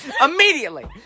Immediately